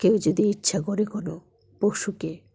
কেউ যদি ইচ্ছা করে কোনো পশুকে